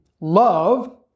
love